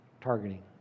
targeting